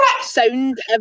sound